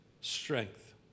strength